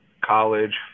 college